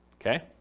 Okay